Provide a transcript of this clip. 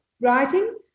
writing